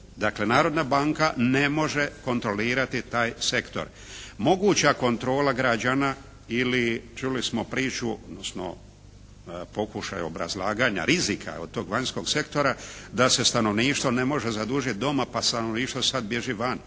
Dakle Narodna banka ne može kontrolirati taj sektor. Moguća kontrola građana ili čuli smo priču, odnosno pokušaj obrazlaganja rizika od vanjskog sektora da se stanovništvo ne može zadužiti doma pa stanovništvo sad bježi van.